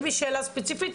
אם יש שאלה ספציפית.